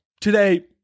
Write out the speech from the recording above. today